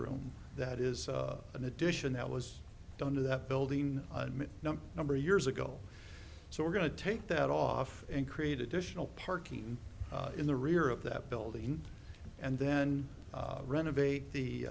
room that is an addition that was done to that building number years ago so we're going to take that off and create additional parking in the rear of that building and then renovate the